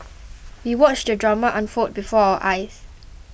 we watched the drama unfold before our eyes